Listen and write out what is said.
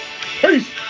Peace